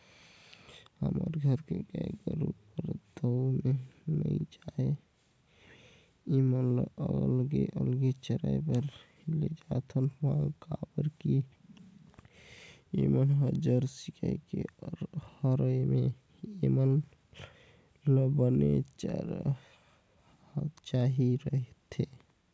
हमर घर के गाय हर बरदउर में नइ जाये ऐमन ल अलगे ले चराए बर लेजाथन काबर के ऐमन ह जरसी गाय हरय ऐेमन ल बने चारा चाही रहिथे